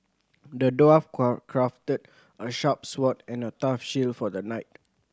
the dwarf crafted a sharp sword and a tough shield for the knight